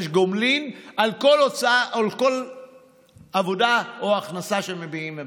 גומלין על כל עבודה או הכנסה שמביאים מבחוץ.